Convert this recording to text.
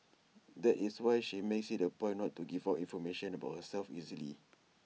that is why she makes IT A point not to give out information about herself easily